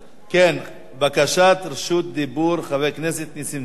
כן, בקשת רשות דיבור, חבר הכנסת נסים זאב.